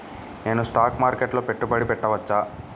నేను స్టాక్ మార్కెట్లో పెట్టుబడి పెట్టవచ్చా?